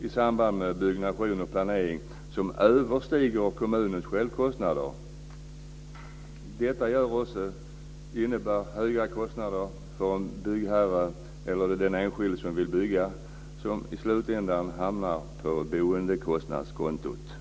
i samband med byggnation och planering som överstiger kommunens självkostnader. Detta innebär höga kostnader för byggherren eller för den enskilde som vill bygga, som slutligen hamnar på boendekostnadskontot.